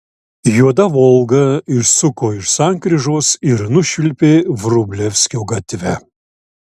juoda volga išsuko iš sankryžos ir nušvilpė vrublevskio gatve